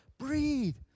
Breathe